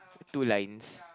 two lines